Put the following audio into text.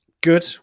good